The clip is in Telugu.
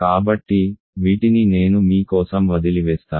కాబట్టి వీటిని నేను మీ కోసం వదిలివేస్తాను